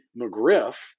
McGriff